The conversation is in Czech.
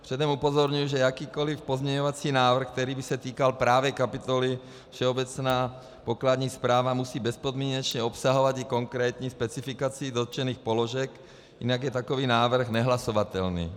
Předem upozorňuji, že jakýkoli pozměňovací návrh, který by se týkal právě kapitoly Všeobecná pokladní správa, musí bezpodmínečně obsahovat i konkrétní specifikaci dotčených položek, jinak je takový návrh nehlasovatelný.